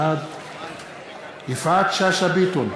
בעד יפעת שאשא ביטון,